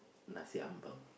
nasi-ambeng